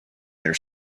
their